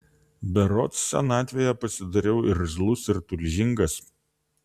berods senatvėje pasidariau irzlus ir tulžingas